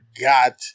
got